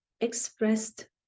expressed